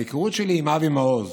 ההיכרות שלי עם אבי מעוז